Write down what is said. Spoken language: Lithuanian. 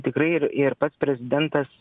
tikrai ir ir pats prezidentas